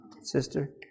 sister